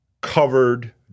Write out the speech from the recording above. covered